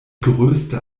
größte